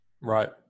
Right